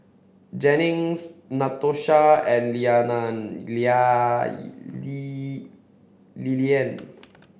Jennings Natosha and Lilyan